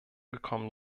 gekommen